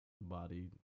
body